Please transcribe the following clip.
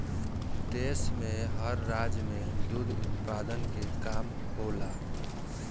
देश में हर राज्य में दुध उत्पादन के काम होला